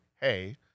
hey